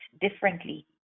differently